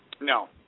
No